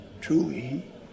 truly